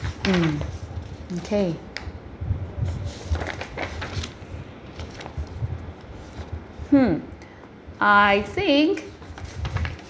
mm mm K hmm I think